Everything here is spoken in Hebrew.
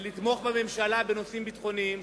ולתמוך בממשלה בנושאים ביטחוניים,